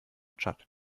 tschad